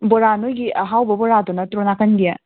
ꯕꯣꯔꯥ ꯅꯣꯏꯒꯤ ꯑꯍꯥꯎꯕ ꯕꯣꯔꯥꯗꯣ ꯅꯠꯇ꯭ꯔꯣ ꯅꯥꯀꯟꯒꯤ